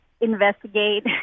investigate